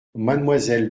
mademoiselle